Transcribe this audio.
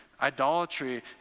Idolatry